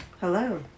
hello